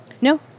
No